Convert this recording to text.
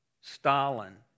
Stalin